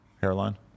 hairline